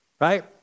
Right